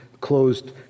closed